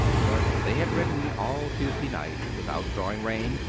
but they had ridden all tuesday night without drawing rein,